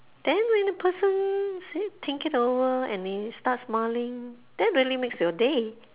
then when the person think it over and they start smiling that really makes your day